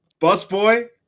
busboy